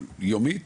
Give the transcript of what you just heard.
יומית,